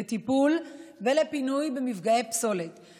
לטיפול במפגעי פסולת ולפינוים,